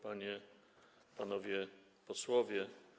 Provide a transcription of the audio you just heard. Panie i Panowie Posłowie!